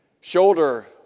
shoulder